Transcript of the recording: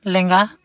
ᱞᱮᱸᱜᱟ